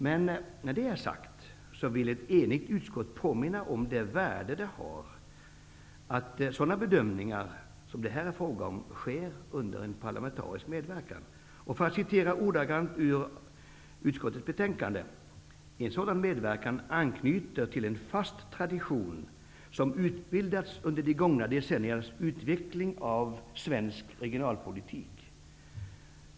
Men när det är sagt vill ett enigt utskott påminna om det värde det har att sådana bedömningar sker under parlamentarisk medverkan. Och för att citera ordagrant ur utskottets betänkande: ''En sådan medverkan anknyter till en fast tradition, som utbildats under de gångna decenniernas utveckling av svensk regionalpolitik.